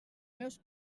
meus